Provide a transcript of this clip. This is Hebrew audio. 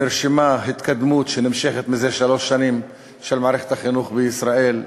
נרשמה התקדמות שנמשכת זה שלוש שנים של מערכת החינוך בישראל,